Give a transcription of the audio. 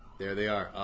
there they are.